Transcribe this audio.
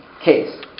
case